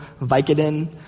Vicodin